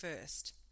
first